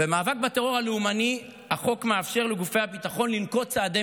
במאבק בטרור הלאומני החוק מאפשר לגופי הביטחון לנקוט צעדי